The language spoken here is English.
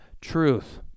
truth